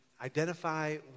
identify